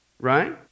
Right